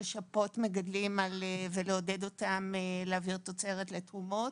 לשפות מגדלים ולעודד אותם להעביר תוצרת לתרומות,